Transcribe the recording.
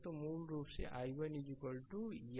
तो मूल रूप से i1 या i1